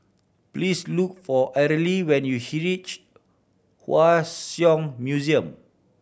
please look for Arely when you Hua Song Museum